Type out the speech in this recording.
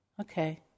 Okay